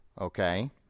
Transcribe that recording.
okay